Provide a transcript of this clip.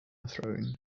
throne